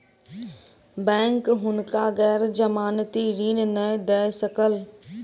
bank हुनका गैर जमानती ऋण नै दय सकल